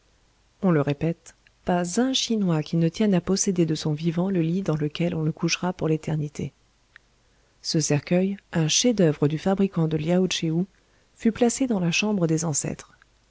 on le répète pas un chinois qui ne tienne à posséder de son vivant le lit dans lequel on le couchera pour l'éternité ce cercueil un chef-d'oeuvre du fabricant de liao tchéou fut placé dans la chambre des ancêtres